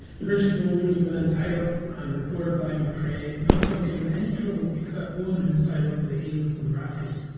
the british soldiers were then tied up and reported by mccrea not to have given any trouble except one who was tied up by the heels to the rafters.